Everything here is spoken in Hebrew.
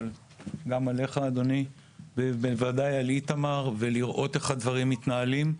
אבל גם עליך אדוני ובוודאי על איתמר כדי לראות איך הדברים מתנהלים.